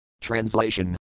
Translation